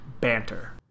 BANTER